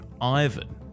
Ivan